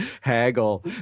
haggle